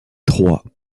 trois